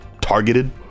targeted